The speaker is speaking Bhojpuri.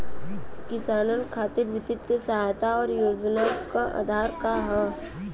किसानन खातिर वित्तीय सहायता और योजना क आधार का ह?